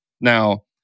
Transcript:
Now